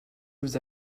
vous